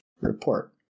report